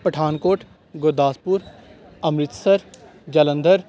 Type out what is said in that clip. Pathankot Gurdaspur Amritsar Jalandhar